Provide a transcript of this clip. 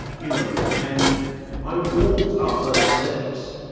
you know and i walked up those steps.